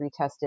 retested